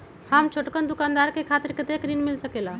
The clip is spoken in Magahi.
हम छोटकन दुकानदार के खातीर कतेक ऋण मिल सकेला?